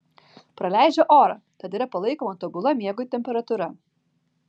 praleidžią orą tad yra palaikoma tobula miegui temperatūra